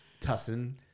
Tussin